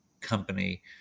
company